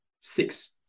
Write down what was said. six